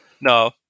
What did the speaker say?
No